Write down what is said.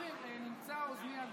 ברשות יושב-ראש הישיבה,